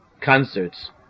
concerts